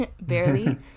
barely